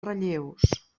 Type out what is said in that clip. relleus